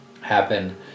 happen